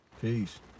Peace